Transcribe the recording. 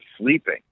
sleeping